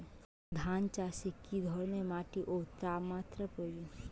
ধান চাষে কী ধরনের মাটি ও তাপমাত্রার প্রয়োজন?